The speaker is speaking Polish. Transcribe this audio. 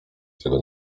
tego